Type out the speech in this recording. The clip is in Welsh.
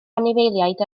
anifeiliaid